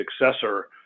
successor